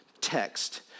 text